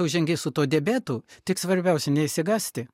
žengi su tuo diabetu tik svarbiausia neišsigąsti